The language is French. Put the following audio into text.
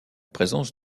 présence